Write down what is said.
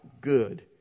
good